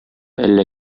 әллә